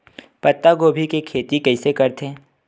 पत्तागोभी के खेती कइसे करथे?